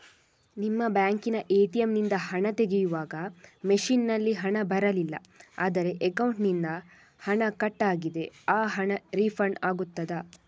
ನಿಮ್ಮ ಬ್ಯಾಂಕಿನ ಎ.ಟಿ.ಎಂ ನಿಂದ ಹಣ ತೆಗೆಯುವಾಗ ಮಷೀನ್ ನಲ್ಲಿ ಹಣ ಬರಲಿಲ್ಲ ಆದರೆ ಅಕೌಂಟಿನಿಂದ ಹಣ ಕಟ್ ಆಗಿದೆ ಆ ಹಣ ರೀಫಂಡ್ ಆಗುತ್ತದಾ?